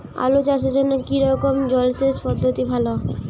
আলু চাষের জন্য কী রকম জলসেচ পদ্ধতি ভালো?